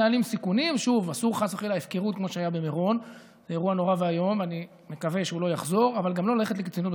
שוב, זו אולי בקשה קצת מוגזמת,